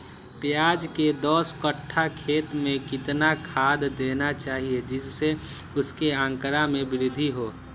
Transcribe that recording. प्याज के दस कठ्ठा खेत में कितना खाद देना चाहिए जिससे उसके आंकड़ा में वृद्धि हो?